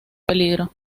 peligro